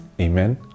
amen